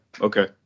okay